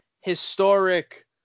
historic